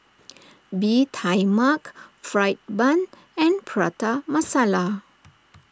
Bee Tai Mak Fried Bun and Prata Masala